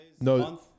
no